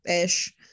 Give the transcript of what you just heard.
ish